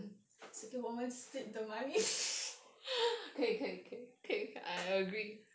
it's okay 我们 split the money